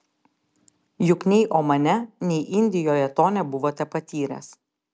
juk nei omane nei indijoje to nebuvote patyręs